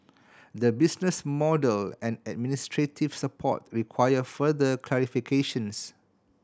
the business model and administrative support require further clarifications